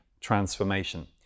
transformation